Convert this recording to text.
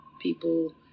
people